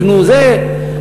יקנו זה".